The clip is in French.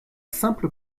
simple